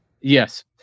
Yes